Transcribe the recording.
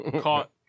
caught